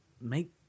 make